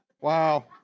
Wow